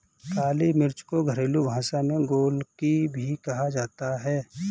काली मिर्च को घरेलु भाषा में गोलकी भी कहा जाता है